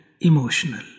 emotional